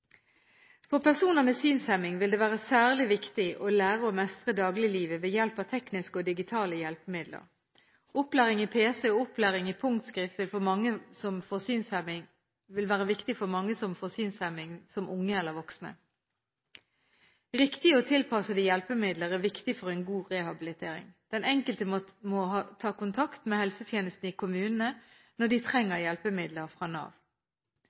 For personer med synshemning vil det være særlig viktig å lære å mestre dagliglivet ved hjelp av tekniske og digitale hjelpemidler. Opplæring i pc og opplæring i punktskrift vil være viktig for mange som får synshemning som unge eller voksne. Riktige og tilpassede hjelpemidler er viktig for en god rehabilitering. Den enkelte må ta kontakt med helsetjenesten i kommunene når de trenger hjelpemidler fra Nav.